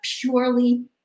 purely